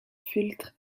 filtres